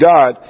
God